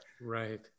Right